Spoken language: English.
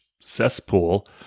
cesspool